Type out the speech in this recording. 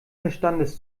verstandes